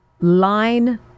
line